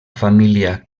família